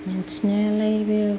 मिथिनायालाय बे